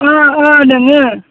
ओ ओ दोङो